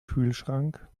kühlschrank